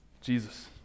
Jesus